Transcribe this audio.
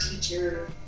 teacher